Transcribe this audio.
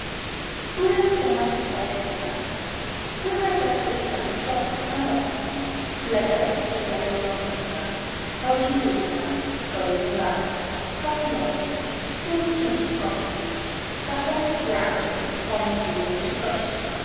scena pozostaje pusta słychać za kulisami szłapanie pantofli z lewej sypialnia małżeńska wchodzi dulska w stroju niedbałym papiloty z tyłu cienki kosmyk kaftanik biały wątpliwej czystości